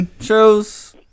Shows